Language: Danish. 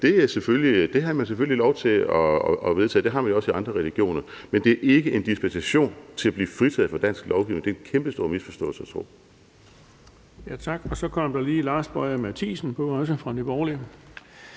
har man selvfølgelig lov til at vedtage. Det har man jo også i andre religioner. Men det er ikke en dispensation til at blive fritaget for dansk lovgivning. Det er en kæmpestor misforståelse at tro